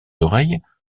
oreilles